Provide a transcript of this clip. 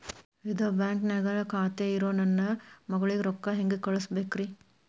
ಇದ ಬ್ಯಾಂಕ್ ನ್ಯಾಗ್ ಖಾತೆ ಇರೋ ನನ್ನ ಮಗಳಿಗೆ ರೊಕ್ಕ ಹೆಂಗ್ ಕಳಸಬೇಕ್ರಿ?